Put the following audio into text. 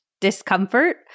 discomfort